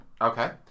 Okay